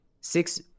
six